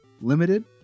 limited